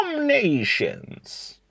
nations